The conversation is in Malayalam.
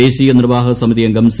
ദേശീയ നിർവ്വാഹക സമിതിയംഗം സി